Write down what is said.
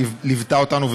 שליוותה אותנו,